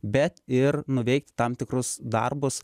bet ir nuveikti tam tikrus darbus